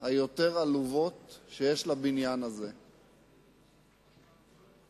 היותר-עלובות של הבניין הזה, בבקשה,